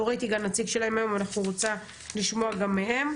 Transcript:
לא ראיתי כאן נציג שלהם היום ואני רוצה לשמוע גם מהם.